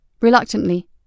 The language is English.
Reluctantly